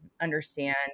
understand